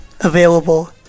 available